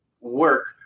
work